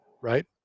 right